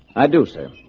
i do sir.